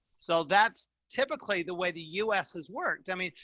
so that's typically the way the u s has worked. i mean,